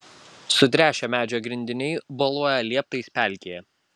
sutręšę medžio grindiniai boluoja lieptais pelkėje